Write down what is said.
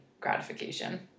gratification